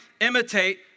imitate